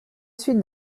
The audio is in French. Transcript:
suite